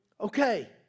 Okay